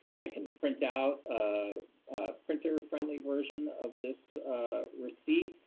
i can print out a printer-friendly version of this receipt.